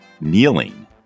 kneeling